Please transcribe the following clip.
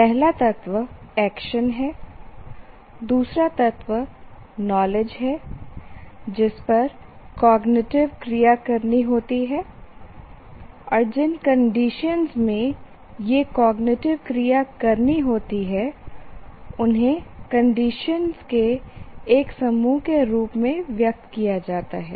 पहला तत्व एक्शन है दूसरा तत्व नॉलेज है जिस पर कॉग्निटिव क्रिया करनी होती है और जिन कंडीशन में यह कॉग्निटिव क्रिया करनी होती है उन्हें कंडीशन के एक समूह के रूप में व्यक्त किया जाता है